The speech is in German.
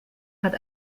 hat